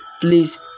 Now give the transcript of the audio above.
Please